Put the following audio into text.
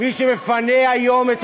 יש חוק ההסדרה שיטפל ויסדיר,